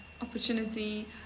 opportunity